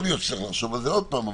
יכול להיות שצריך לחשוב על זה עוד פעם,